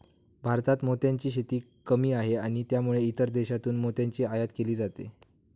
भारतात मोत्यांची शेती कमी आहे आणि त्यामुळे इतर देशांतून मोत्यांची आयात केली जाते